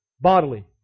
bodily